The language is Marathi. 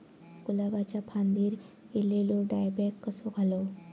गुलाबाच्या फांदिर एलेलो डायबॅक कसो घालवं?